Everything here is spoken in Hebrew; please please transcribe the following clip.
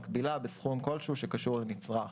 מקבילה בסכום כלשהו שקשור לנצרך.